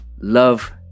Love